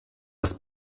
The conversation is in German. das